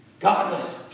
Godless